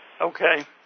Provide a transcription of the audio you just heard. Okay